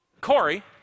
Corey